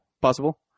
Possible